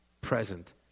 present